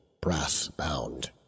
brass-bound